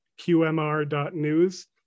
qmr.news